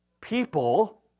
People